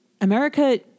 America